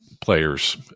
players